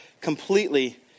completely